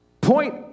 Point